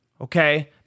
Okay